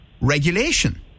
regulation